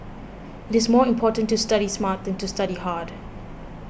it is more important to study smart than to study hard